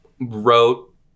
wrote